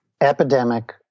epidemic